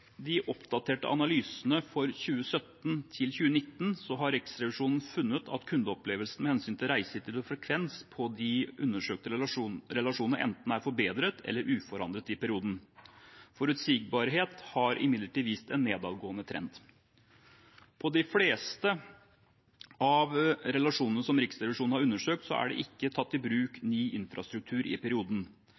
de oppdaterte analysene for 2017–2019, har Riksrevisjonen funnet at kundeopplevelsen med hensyn til reisetid og frekvens på de undersøkte relasjonene enten er forbedret eller uforandret i perioden. Forutsigbarhet har imidlertid vist en nedadgående trend. På de fleste av de relasjonene som Riksrevisjonen har undersøkt, er det ikke tatt i bruk ny infrastruktur i perioden.